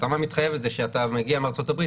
התאמה מתחייבת זה שאתה מגיע מארצות-הברית